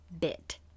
bit